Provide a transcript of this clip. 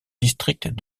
district